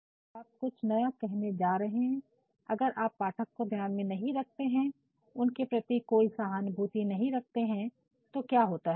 और फिर जब आप कुछ नया कहने जा रहे हैं अगर आप पाठक को ध्यान में नहीं रखते हैं और उनके प्रति कोई सहानुभूति नहीं रखते हैं तो क्या होता है